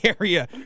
Area